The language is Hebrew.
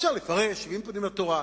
אפשר לפרש, שבעים פנים לתורה.